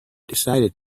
decided